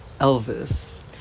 Elvis